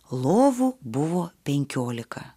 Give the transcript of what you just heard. lovų buvo penkiolika